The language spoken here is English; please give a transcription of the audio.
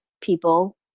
people